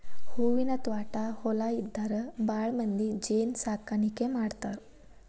ಹೂವಿನ ತ್ವಾಟಾ ಹೊಲಾ ಇದ್ದಾರ ಭಾಳಮಂದಿ ಜೇನ ಸಾಕಾಣಿಕೆ ಮಾಡ್ತಾರ